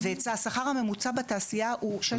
השכר הממוצע בתעשייה הוא 16.5 אלף שקל.